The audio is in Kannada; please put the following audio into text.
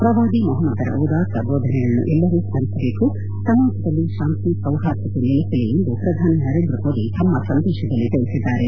ಪ್ರವಾದಿ ಮೊಪಮ್ಲದ್ರ ಉದಾತ್ತ ಬೋಧನೆಗಳನ್ನು ಎಲ್ಲರೂ ಸ್ನರಿಸಬೇಕು ಸಮಾಜದಲ್ಲಿ ಶಾಂತಿ ಸೌಹಾರ್ದತೆ ನೆಲೆಸಲಿ ಎಂದು ಪ್ರಧಾನಿ ನರೇಂದ್ರಮೋದಿ ತಮ್ಮ ಸಂದೇಶದಲ್ಲಿ ತಿಳಿಸಿದ್ದಾರೆ